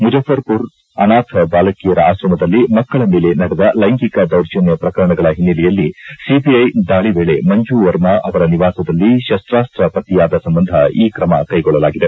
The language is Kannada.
ಮುಜಫರ್ಪುರ್ ಅನಾಥ ಬಾಲಕಿಯರ ಆಕ್ರಮದಲ್ಲಿ ಮಕ್ಕಳ ಮೇಲೆ ನಡೆದ ಲೈಂಗಿಕ ದೌರ್ಜನ್ನ ಪ್ರಕರಣಗಳ ಹಿನ್ನೆಲೆಯಲ್ಲಿ ಸಿಬಿಐ ದಾಳ ವೇಳೆ ಮಂಜು ವರ್ಮ ಅವರ ನಿವಾಸದಲ್ಲಿ ಶಸ್ತಾಸ್ತ ಪತ್ತೆಯಾದ ಸಂಬಂಧ ಈ ಕ್ರಮ ಕೈಗೊಳ್ಳಲಾಗಿದೆ